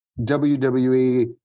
WWE